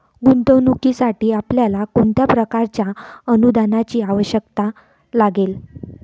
गुंतवणुकीसाठी आपल्याला कोणत्या प्रकारच्या अनुदानाची आवश्यकता लागेल?